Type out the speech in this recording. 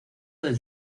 del